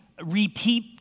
repeat